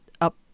up